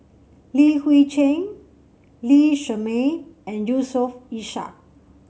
Li Hui Cheng Lee Shermay and Yusof Ishak